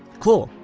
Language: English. cool,